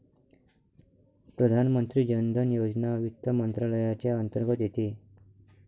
प्रधानमंत्री जन धन योजना वित्त मंत्रालयाच्या अंतर्गत येते